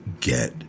get